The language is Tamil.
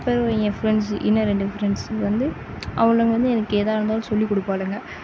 அப்புறம் என் ஃப்ரெண்ட்ஸ் இன்னும் ரெண்டு ஃப்ரெண்ட்ஸ்ஸு வந்து அவளுங்க வந்து எனக்கு எதாக இருந்தாலும் சொல்லி கொடுப்பாளுங்க